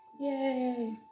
Yay